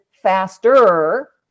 faster